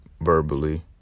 verbally